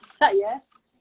Yes